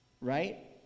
right